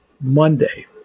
Monday—